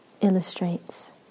illustrates